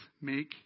make